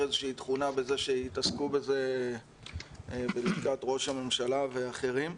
איזו שהיא תכונה בזה שיתעסקו בזה בלשכת ראש הממשלה ואחרים.